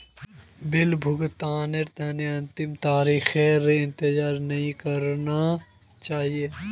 bill भुगतानेर तने अंतिम तारीखेर इंतजार नइ करना चाहिए